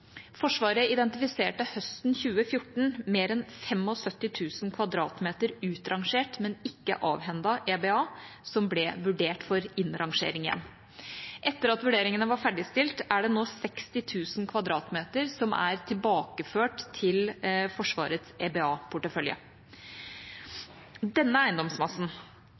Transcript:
Forsvaret identifiserte høsten 2014 mer enn 75 000 m2 utrangert, men ikke avhendet EBA som ble vurdert for innrangering igjen. Etter at vurderingene var ferdigstilt, er det nå 60 000 m2 som er tilbakeført til Forsvarets EBA-portefølje. Denne eiendomsmassen